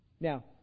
Now